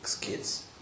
kids